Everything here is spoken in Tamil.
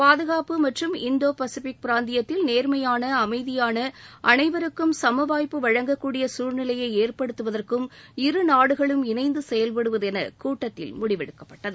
பாதுகாப்பு மற்றும் இந்தோ பசிபிக் பிராந்தியத்தில் நேர்மையாள அமைதியான அனைவருக்கும் சமவாய்ப்பு வழங்கக்கூடிய சூழ்நிலையை ஏற்படுத்துவதற்கும் இருநாடுகளும் இணைந்து செயல்படுவதென கூட்டத்தில் முடிவெடுக்கப்பட்டது